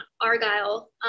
Argyle